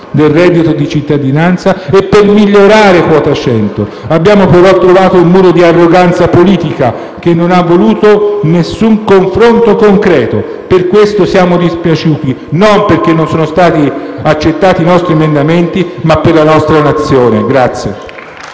del reddito di cittadinanza e per migliorare quota 100. Abbiamo, però, trovato un muro di arroganza politica che non ha voluto nessun confronto concreto. Per questo siamo dispiaciuti: non perché non siano stati accettati i nostri emendamenti, ma per la nostra Nazione.